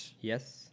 Yes